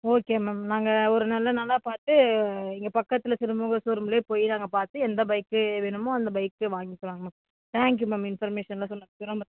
okay ma'am நாங்கள் ஒரு நல்ல நாளாக பார்த்து இங்கே பக்கத்தில் திருமூக ஷோரூம்லேயே போய் நாங்கள் பார்த்து எந்த பைக்கு வேணுமோ அந்த பைக்கையே வாங்கிக்கிறோங்க மேம் தேங்க் யூ மேம் இன்ஃபர்மேசன்லாம் சொன்னதுக்கு ரொம்ப